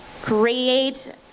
create